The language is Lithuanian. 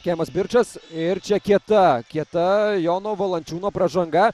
kemas birčas ir čia kieta kieta jono valančiūno pražanga